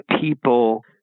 people